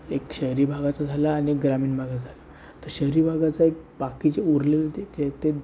एक शहरी भागाचं झालं आणि एक ग्रामीण भागाचं झालं तर शहरी भागाचं एक बाकीचे उरलेले ते के तें